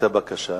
הבקשה.